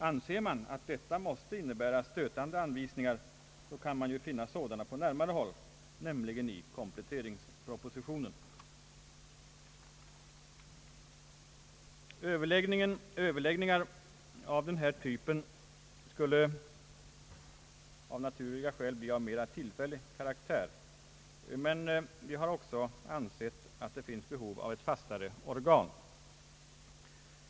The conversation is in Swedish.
Anser man att detta måste innebära stötande anvisningar kan man finna sådana på närmare håll, nämligen i kompletteringspropositionen. Överläggningar av denna typ skulle av naturliga skäl bli av mera tillfällig karaktär, men det finns också behov av ett fastare organ.